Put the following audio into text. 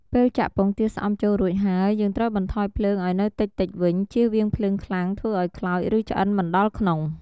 ពេលចាក់ពងទាស្អំចូលរួចហើយ យើងត្រូវបន្ថយភ្លើងឱ្យនៅតិចៗវិញ ជៀសវាងភ្លើងខ្លាំងធ្វើឱ្យខ្លោច ឬ ឆ្អិនមិនដល់ក្នុង។